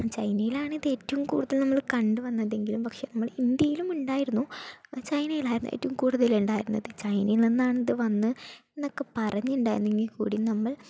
ചൈനയിലാണ് ഇത് ഏറ്റവും കൂടുതൽ നമ്മൾ കണ്ടുവന്നതെങ്കിലും പക്ഷേ നമ്മളെ ഇന്ത്യയിലും ഉണ്ടായിരുന്നു ചൈനയിലായിരുന്നു ഏറ്റവും കൂടുതലുണ്ടായിരുന്നത് ചൈനയിൽ നിന്നാണിത് വന്ന് എന്നൊക്കെ പറഞ്ഞിട്ടുണ്ടായിരുന്നെങ്കിൽക്കൂടി നമ്മൾ